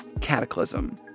cataclysm